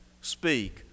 speak